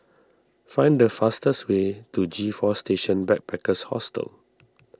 find the fastest way to G four Station Backpackers Hostel